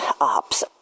Ops